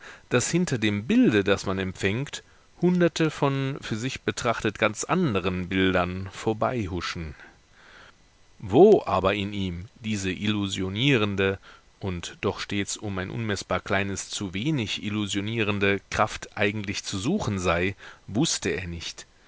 daß hinter dem bilde das man empfängt hunderte von für sich betrachtet ganz anderen bildern vorbeihuschen wo aber in ihm diese illusionierende und doch stets um ein unmeßbar kleines zu wenig illusionierende kraft eigentlich zu suchen sei wußte er nicht